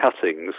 cuttings